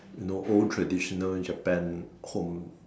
you know old traditional Japan homes